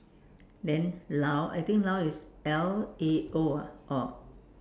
then lao I think lao is L A O ah or